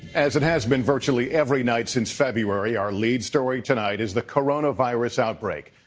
as it has been virtually every night since february, our lead story tonight is the coronavirus outbreak.